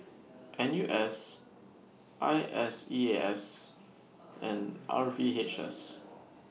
N U S I S E A S and R V H S